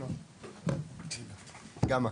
--- "גמא".